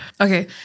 okay